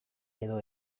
edo